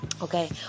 Okay